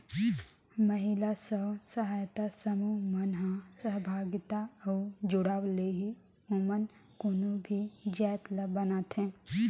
महिला स्व सहायता समूह मन ह सहभागिता अउ जुड़ाव ले ही ओमन कोनो भी जाएत ल बनाथे